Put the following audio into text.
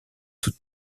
toute